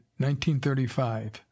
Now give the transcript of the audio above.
1935